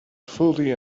fully